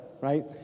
right